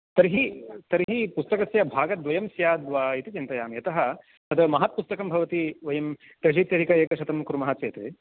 तर्हि तर्हि पुस्तकस्य भागद्वयं स्याद्वा इति चिन्तयामि यतः तत् महत्पुस्तकं भवति वयं त्र्यशीत्यधिक एकशतं कुर्मः चेत्